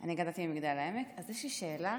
אני גדלתי במגדל העמק, אז יש לי שאלה: